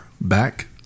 back